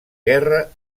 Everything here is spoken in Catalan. guerra